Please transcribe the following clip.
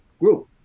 group